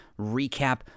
recap